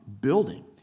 building